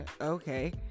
okay